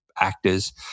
actors